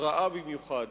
רעה במיוחד.